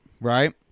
right